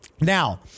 now